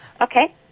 Okay